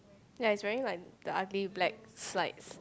ya he's wearing like the ugly black slides